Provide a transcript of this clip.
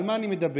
על מה אני מדבר?